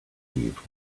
leave